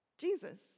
Jesus